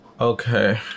Okay